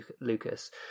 Lucas